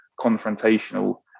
confrontational